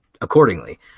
accordingly